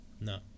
No